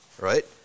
right